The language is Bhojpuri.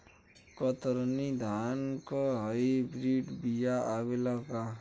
कतरनी धान क हाई ब्रीड बिया आवेला का?